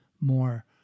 more